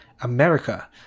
America